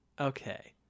Okay